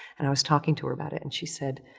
and i was talking to her about it and she said,